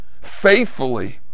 faithfully